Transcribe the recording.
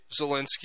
Zelensky